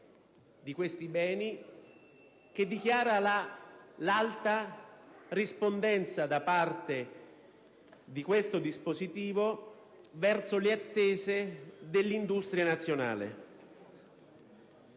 di questi beni, che dichiara l'alta rispondenza di questo dispositivo alle attese dell'industria nazionale.